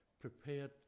prepared